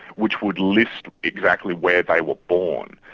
which would list exactly where they were born.